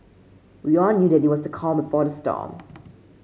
we all knew that it was the calm before the storm